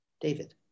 David